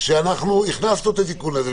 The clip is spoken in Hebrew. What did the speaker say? אנחנו הכנסנו את התיקון הזה.